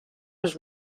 was